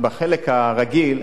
בחלק הרגיל,